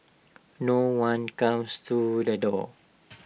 no one comes to the door